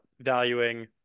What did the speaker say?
valuing